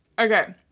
Okay